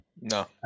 no